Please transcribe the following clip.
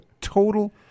total